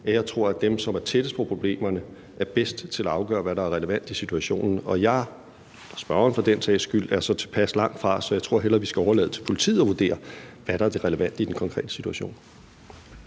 jeg tror, at dem, som er tættest på problemerne, er bedst til at afgøre, hvad der er relevant i situationen. Jeg – og spørgeren for den sags skyld – er så tilpas langt fra, at jeg tror, at vi hellere skal overlade det til politiet at vurdere, hvad der er det relevante i den konkrete situation.